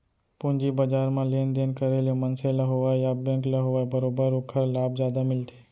पूंजी बजार म लेन देन करे ले मनसे ल होवय या बेंक ल होवय बरोबर ओखर लाभ जादा मिलथे